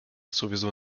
sowieso